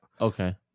Okay